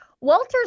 Walter's